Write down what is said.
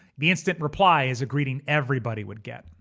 the instant reply is a greeting everybody would get.